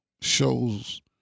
shows